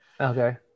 Okay